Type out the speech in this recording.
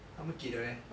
他们给的 leh